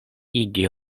igi